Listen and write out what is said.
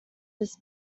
this